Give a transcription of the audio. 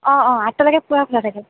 অঁ অঁ আঠটালৈকে পূৰা খোলা থাকে